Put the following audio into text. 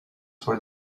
for